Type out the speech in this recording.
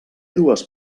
dues